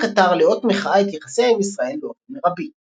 ניתקה קטר לאות מחאה את יחסיה עם ישראל באופן מרבי.